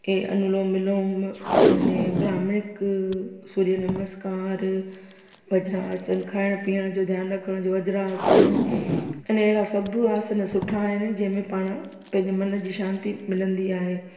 ए अनुलोम विलोम अने ब्राहमिक सूर्य नमस्कार वज्रआसन खाइण पीअण जो ध्यानु रखिणो वज्रआसन अने अहिड़ा सभु आसन सुठा आहिनि जंहिंमें पाण पंहिंजे मन जी शांती मिलंदी आहे